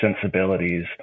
sensibilities